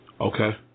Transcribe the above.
Okay